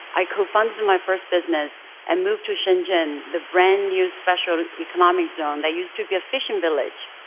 i cofounded my first business and moved to shenzhen, the brand-new special economic zone that used to be a fishing village.